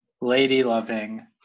lady-loving